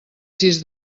sis